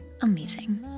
amazing